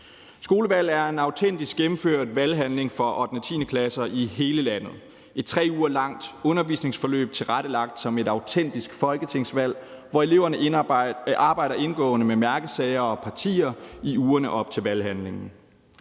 Skolevalg er en autentisk gennemført valghandling for 8.-10.-klasser i hele landet i et 3 uger langt undervisningsforløb tilrettelagt som et autentisk folketingsvalg, hvor eleverne arbejder indgående med mærkesager og partier i ugerne op til valghandlingen.